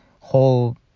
whole